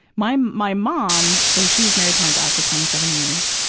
my, my mom so, she was married to my dad for twenty seven years,